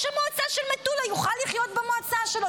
המועצה של מטולה יוכל לחיות במועצה שלו,